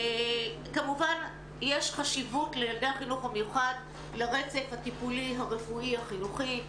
כמובן שיש חשיבות אצל ילדי החינוך המיוחד לרצף הטיפולי הרפואי החינוכי,